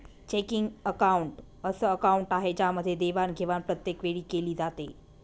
checking account अस account आहे ज्यामध्ये देवाणघेवाण प्रत्येक वेळी केली जाते